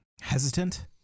hesitant